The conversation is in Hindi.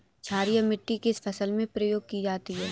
क्षारीय मिट्टी किस फसल में प्रयोग की जाती है?